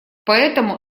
поэтому